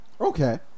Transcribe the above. okay